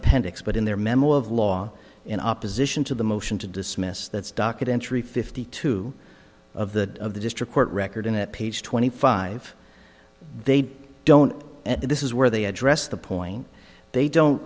appendix but in their memo of law in opposition to the motion to dismiss that's docket entry fifty two of the of the district court record and at page twenty five they don't and this is where they address the point they don't